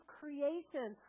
creation